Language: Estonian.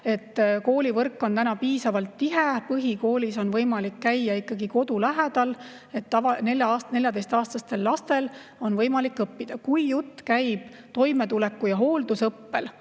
Koolivõrk on meil praegu piisavalt tihe, põhikoolis on võimalik käia ikkagi kodu lähedal, 14‑aastastel lastel on võimalik nii õppida. Kui jutt käib toimetuleku- ja hooldusõppel